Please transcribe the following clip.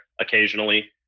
occasionally